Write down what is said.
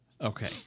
Okay